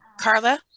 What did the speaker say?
Carla